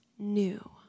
New